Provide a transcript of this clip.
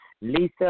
Lisa